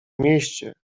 mieście